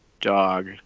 dog